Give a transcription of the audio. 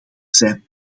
zijn